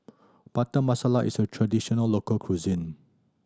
Butter Masala is a traditional local cuisine